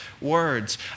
words